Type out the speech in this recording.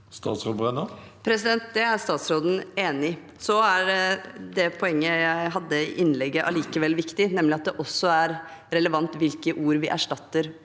Statsråd Tonje Brenna Det er statsråden enig i. Så er det poenget jeg hadde i innlegget, allikevel viktig, nemlig at det også er relevant hvilke ord vi erstatter